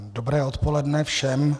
Dobré odpoledne všem.